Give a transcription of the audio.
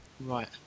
Right